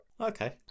Okay